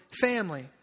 family